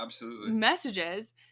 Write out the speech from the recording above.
messages